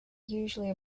usually